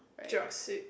Jurassic